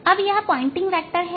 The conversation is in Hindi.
अब यह पॉइंटिंग वेक्टर है